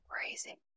crazy